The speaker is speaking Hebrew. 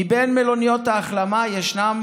מבין מלוניות ההחלמה ישנן